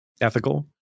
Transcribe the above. ethical